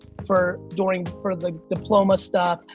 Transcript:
for doing, for the diploma stuff.